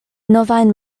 novajn